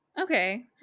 Okay